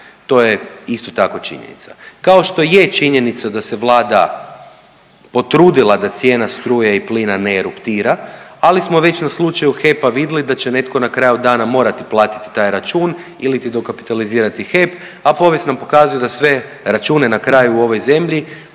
To je isto tako činjenica kao što je činjenica da se Vlada potrudila da cijena struje i plina ne eruptira, ali smo već na slučaju HEP-a vidjeli da će netko na kraju dana morati platiti taj račun iliti dokapitalizirati HEP, a povijest nam pokazuje da sve račune na kraju u ovoj zemlji